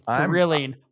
thrilling